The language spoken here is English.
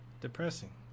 depressing